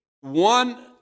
one